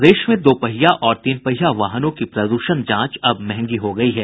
प्रदेश में दो पहिया और तीन पहिया वाहनों की प्रदूषण जांच अब मंहगी हो गयी है